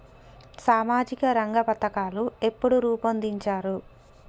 సామాజిక రంగ పథకాలు ఎప్పుడు రూపొందించారు?